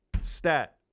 stat